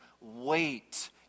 wait